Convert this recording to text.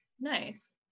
Nice